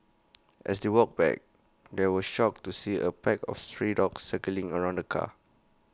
as they walked back they were shocked to see A pack of stray dogs circling around the car